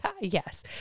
Yes